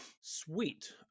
Sweet